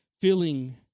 feeling